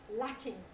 lacking